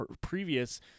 previous